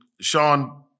Sean